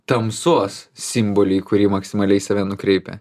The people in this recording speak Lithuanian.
tamsos simbolį į kurį maksimaliai save nukreipia